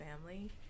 family